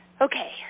Okay